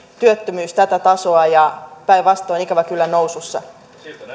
työttömyys tätä tasoa ja päinvastoin ikävä kyllä nousussa